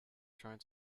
trying